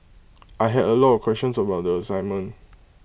I had A lot of questions about the assignment